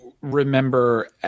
remember